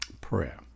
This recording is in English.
prayer